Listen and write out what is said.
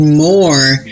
more